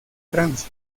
francia